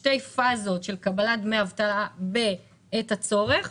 שתי פזות של קבלת דמי אבטלה בעת הצורך,